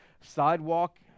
sidewalk